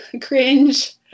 cringe